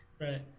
right